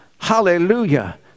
hallelujah